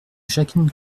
jacqueline